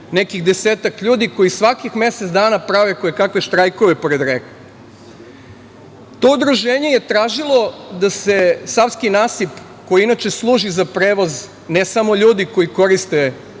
nekih desetak ljudi koji svakih mesec dana prave koje kakve štrajkove pored reka. To udruženje je tražilo da se savski nasip koji inače služi za prevoz ne samo ljudi koji koriste